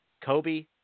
Kobe